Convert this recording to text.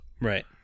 right